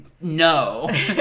no